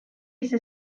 ese